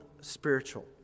spiritual